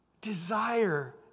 desire